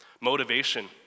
motivation